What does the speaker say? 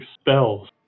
spells